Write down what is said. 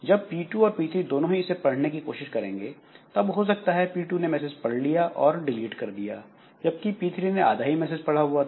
जब P2 और P3 दोनों ही इसे पढ़ने की कोशिश करेंगे तब हो सकता है P2 ने मैसेज पढ़ लिया और डिलीट कर दिया जबकि P3 ने आधा ही मैसेज पढ़ा हुआ था